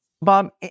Bob